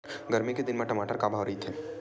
गरमी के दिन म टमाटर का भाव रहिथे?